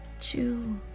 two